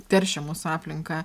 teršia mūsų aplinką